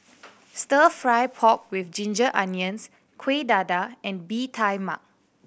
Stir Fry pork with ginger onions Kuih Dadar and Bee Tai Mak